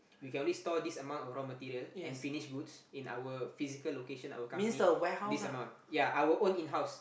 we can only store this amount of raw material and finished goods in our physical location our company this amount ya our own in house